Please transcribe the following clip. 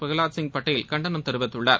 பிரகலாத்சிங் பட்டேல் கண்டனம் தெரிவித்துள்ளார்